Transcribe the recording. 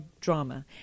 drama